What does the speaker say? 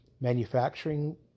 manufacturing